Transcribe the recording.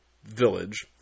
Village